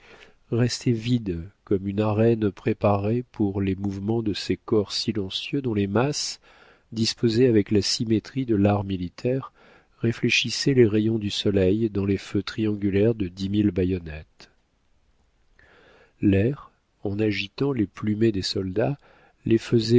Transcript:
restait vide comme une arène préparée pour les mouvements de ces corps silencieux dont les masses disposées avec la symétrie de l'art militaire réfléchissaient les rayons du soleil dans les feux triangulaires de dix mille baïonnettes l'air en agitant les plumets des soldats les